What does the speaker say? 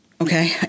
okay